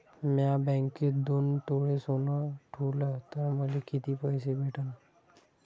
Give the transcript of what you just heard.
म्या बँकेत दोन तोळे सोनं ठुलं तर मले किती पैसे भेटन